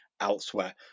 elsewhere